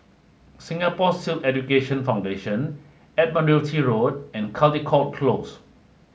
Singapore Sikh Education Foundation Admiralty Road and Caldecott Close